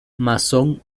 mason